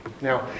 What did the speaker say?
Now